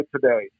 today